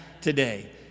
today